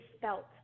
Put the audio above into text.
felt